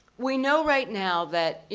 we know right now that,